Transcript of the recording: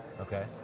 Okay